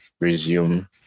resume